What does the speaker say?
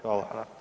Hvala.